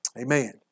Amen